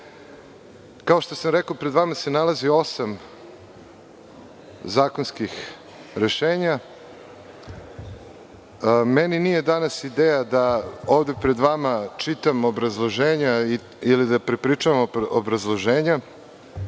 što sam rekao, pred vama se nalazi osam zakonskih rešenja. Meni nije danas ideja da ovde pred vama čitam obrazloženja ili da prepričavam obrazloženja,